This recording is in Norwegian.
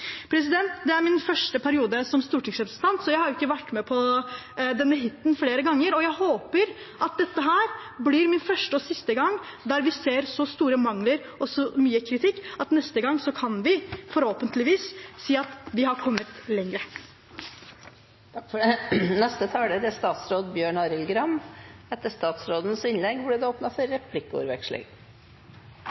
Det er min første periode som stortingsrepresentant, så jeg har ikke vært med på denne «hiten» flere ganger, og jeg håper at dette blir min første og siste gang der vi ser så store mangler og så mye kritikk. Neste gang kan vi forhåpentligvis si at vi er kommet lenger. Riksrevisjonen har fulgt opp Dokument 3:10 for